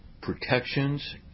protections